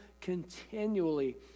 continually